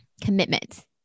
commitment